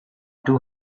too